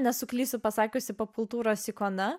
nesuklysiu pasakiusi popkultūros ikona